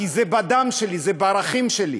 כי זה בדם שלי, זה בערכים שלי.